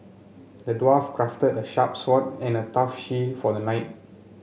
the dwarf crafted a sharp sword and a tough shield for the knight